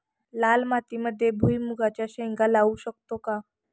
लाल मातीमध्ये भुईमुगाच्या शेंगा लावू शकतो का?